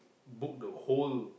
book the whole